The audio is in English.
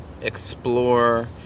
explore